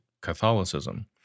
Catholicism